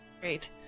Great